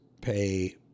pay